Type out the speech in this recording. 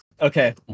okay